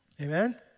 Amen